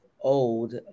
old